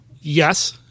Yes